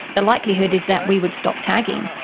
the likelihood is that we would stop tagging.